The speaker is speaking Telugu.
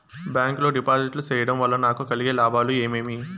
బ్యాంకు లో డిపాజిట్లు సేయడం వల్ల నాకు కలిగే లాభాలు ఏమేమి?